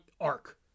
arc